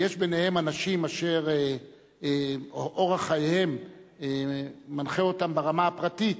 ויש בהם אנשים אשר אורח חייהם מנחה אותם ברמה הפרטית